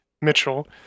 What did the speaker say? Mitchell